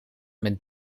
met